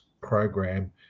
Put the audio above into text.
program